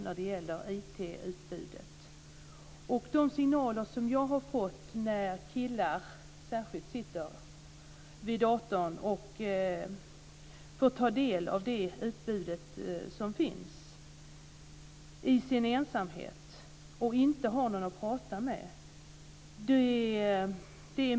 Jag har fått mycket bekymmersamma signaler, särskilt om killar som sitter i sin ensamhet vid datorn och tar del av det utbud som finns, utan att ha någon att prata med.